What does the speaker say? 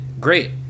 great